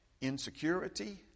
insecurity